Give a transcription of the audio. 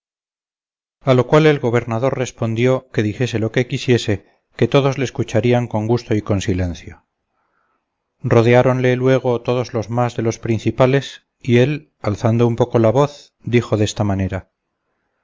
a lo cual el gobernador respondió que dijese lo que quisiese que todos le escucharían con gusto y con silencio rodeáronle luego todos los más de los principales y él alzando un poco la voz dijo desta manera